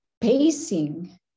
pacing